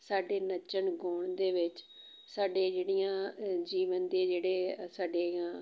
ਸਾਡੇ ਨੱਚਣ ਗਾਉਣ ਦੇ ਵਿੱਚ ਸਾਡੀਆਂ ਜਿਹੜੀਆਂ ਜੀਵਨ ਦੇ ਜਿਹੜੇ ਸਾਡੀਆਂ